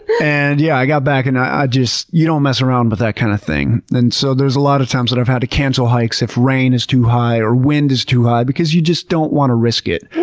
and yeah, i got back and i just, you don't mess around with that kind of thing. so there's a lot of times that i've had to cancel hikes if rain is too high or wind is too high because you just don't want to risk it.